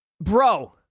Bro